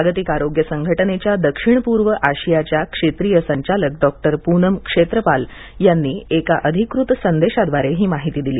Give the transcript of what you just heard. जागतिक आरोग्य संघटनेच्या दक्षिण पूर्व आशियाच्या क्षेत्रीय संचालक डॉ पूनम क्षेत्रपाल यांनी एका अधिकृत संदेशाद्वारे ही माहिती दिली